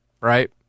right